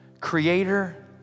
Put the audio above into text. Creator